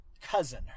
cousin